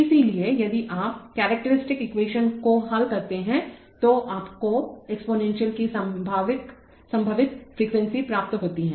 इसलिए यदि आप करैक्टरिस्टिक्स एक्वेशन को हल करते हैं तो आपको एक्सपोनेंशियल की संभावित फ्रीक्वेंसी प्राप्त होती हैं